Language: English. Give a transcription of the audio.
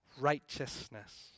righteousness